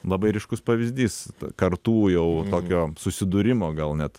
labai ryškus pavyzdys kartų jau tokio susidūrimo gal net